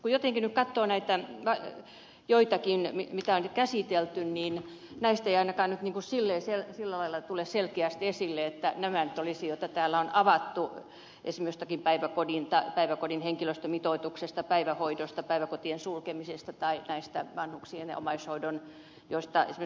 kun jotenkin nyt katsoo näitä joitakin mitä on käsitelty niin näistä ei ainakaan nyt sillä lailla tule selkeästi esille että nämä nyt olisivat turhia joita täällä on avattu esimerkiksi jostakin päiväkodin henkilöstömitoituksesta päivähoidosta päiväkotien sulkemisesta tai näistä vanhuksien hoidosta ja omaishoidosta